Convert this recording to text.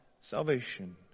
salvation